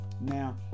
Now